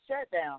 shutdown